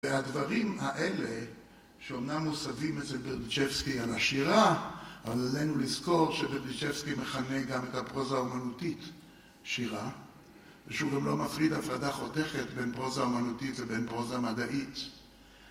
והדברים האלה, שאומנם מוסבים אצל ברדיצ'בסקי על השירה, אבל עלינו לזכור שברדיצ'בסקי מכנה גם את הפרוזה האומנותית, שירה. ושהוא גם לא מפריד הפרדה חותכת בין פרוזה אומנותית ובין פרוזה מדעית.